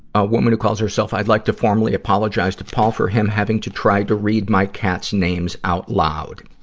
a woman who calls herself i'd like to formally apologize to paul for him having to try to read my cats' names out loud.